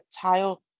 tile